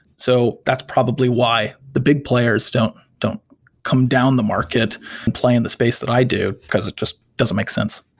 so that's probably why the big players don't don't come down the market and play in the space that i do, because it just doesn't make sense.